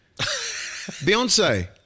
Beyonce